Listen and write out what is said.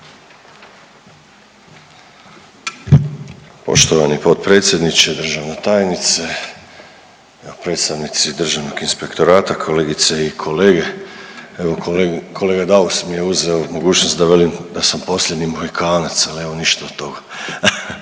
Poštovani potpredsjedniče, državna tajnice, evo predstavnici Državnog inspektorata, kolegice i kolege. Evo kolega Daus mi je uzeo mogućnost da velim da sam posljednji Mohikanac, ali evo ništa od toga.